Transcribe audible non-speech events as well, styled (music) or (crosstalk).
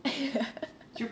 (laughs)